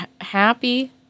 happy